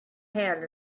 hand